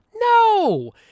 No